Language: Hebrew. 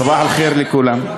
סבאח אל-ח'יר מכולם.